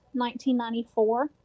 1994